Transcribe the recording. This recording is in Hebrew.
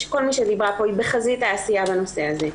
כל מי שדיברה פה היא בחזית העשייה בנושא הזה.